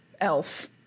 Elf